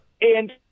And-